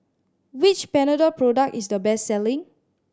which Panadol product is the best selling